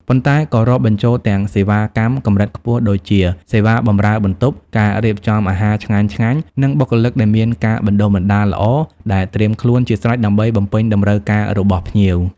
ប៉ុន្តែក៏រាប់បញ្ចូលទាំងសេវាកម្មកម្រិតខ្ពស់ដូចជា សេវាបម្រើបន្ទប់ ការរៀបចំអាហារឆ្ងាញ់ៗ និងបុគ្គលិកដែលមានការបណ្តុះបណ្តាលល្អ ដែលត្រៀមខ្លួនជាស្រេចដើម្បីបំពេញតម្រូវការរបស់ភ្ញៀវ។